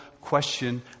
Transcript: question